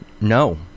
No